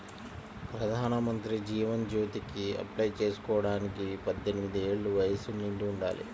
ప్రధానమంత్రి జీవన్ జ్యోతికి అప్లై చేసుకోడానికి పద్దెనిది ఏళ్ళు వయస్సు నిండి ఉండాలి